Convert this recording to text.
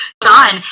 done